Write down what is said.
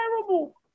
terrible